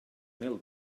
mil